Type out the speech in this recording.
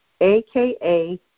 aka